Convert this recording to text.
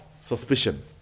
suspicion